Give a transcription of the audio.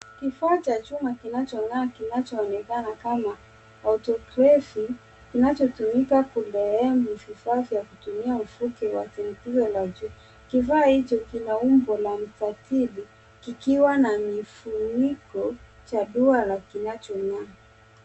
Kifaa cha chuma kinacho ngaa kinacho onekana kama auto craphy kinachotumika kudoea vifaa vya kutumia ufuke wa shinigizo la juu. Kifaa hicho kina umbo la mstatili kikiwa na mifuniko cha duara kinachongaa.